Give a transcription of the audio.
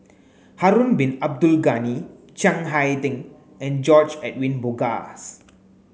Harun Bin Abdul Ghani Chiang Hai Ding and George Edwin Bogaars